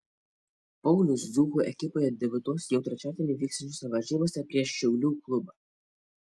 paulius dzūkų ekipoje debiutuos jau trečiadienį vyksiančiose varžybose prieš šiaulių klubą